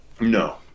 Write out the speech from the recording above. no